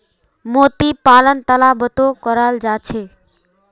मोती पालन तालाबतो कराल जा छेक